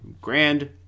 grand